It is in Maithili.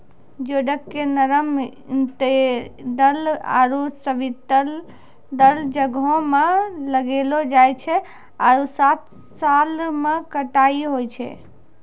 जिओडक के नरम इन्तेर्तिदल आरो सब्तिदल जग्हो में लगैलो जाय छै आरो सात साल में कटाई होय छै